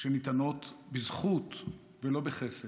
שניתנות בזכות ולא בחסד.